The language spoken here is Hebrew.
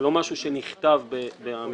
זה לא משהו שנכתב במכתב